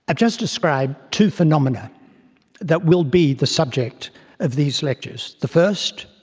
just described two phenomena that will be the subject of these lectures. the first,